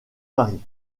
mari